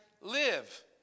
live